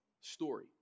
story